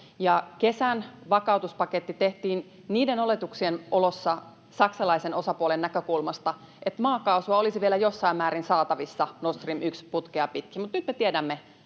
Kesän vakautuspaketti tehtiin niiden oletuksien oloissa saksalaisen osapuolen näkökulmasta, että maakaasua olisi vielä jossain määrin saatavissa Nord Stream 1 ‑putkea pitkin. Mutta nyt me tiedämme,